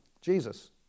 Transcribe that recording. Jesus